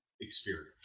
experience